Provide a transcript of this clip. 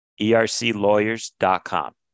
erclawyers.com